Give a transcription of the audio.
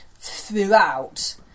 throughout